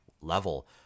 level